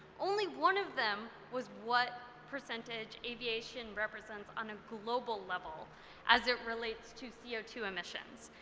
only one of them was what percentage aviation represents on a global level as it relates to c o two emissions.